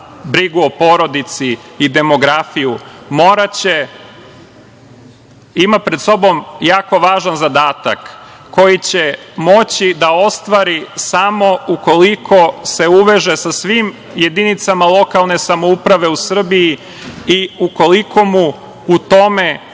brigu o porodici i demografiju ima pred sobom jako važan zadatak koji će moći da ostvari samo ukoliko se uveže sa svim jedinicama lokalne samouprave u Srbiji i ukoliko mu u tome